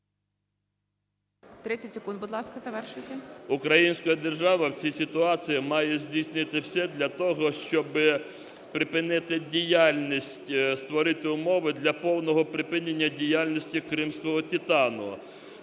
Українська держава в цій ситуації має здійснити все для того, щоб припинити діяльність, створити умови для повного припинення діяльності "Кримського титану".